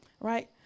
right